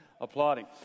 applauding